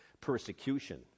persecution